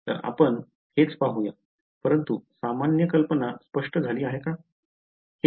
तर आपण हेच पाहूया परंतु सामान्य कल्पना स्पष्ट झाली आहे का